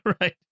right